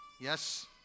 Yes